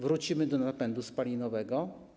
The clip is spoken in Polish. Wrócimy do napędu spalinowego?